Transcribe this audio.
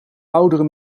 oudere